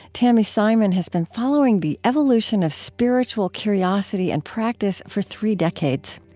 tami simon has been following the evolution of spiritual curiosity and practice for three decades.